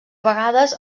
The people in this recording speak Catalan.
vegades